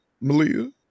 Malia